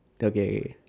okay K